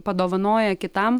padovanoja kitam